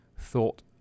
thought